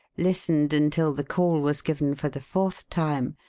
listened until the call was given for the fourth time,